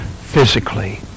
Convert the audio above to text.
physically